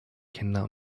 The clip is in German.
kinder